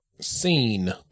Scene